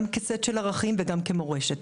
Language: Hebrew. גם בסט של ערכים וגם כמורשת,